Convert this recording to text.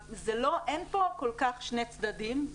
אין פה כל כך שני צדדים,